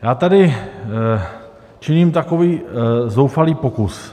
Já tady činím takový zoufalý pokus.